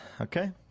Okay